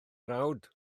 mrawd